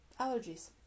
allergies